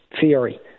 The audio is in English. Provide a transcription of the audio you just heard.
theory